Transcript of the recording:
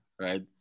right